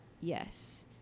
Yes